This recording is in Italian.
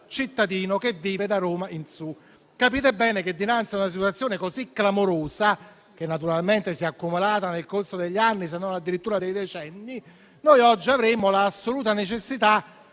Capite bene che, dinanzi a una situazione così clamorosa, che naturalmente si è accumulata nel corso degli anni se non addirittura dei decenni, oggi avremmo l'assoluta necessità di provare a capire